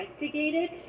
investigated